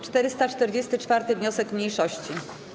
444. wniosek mniejszości.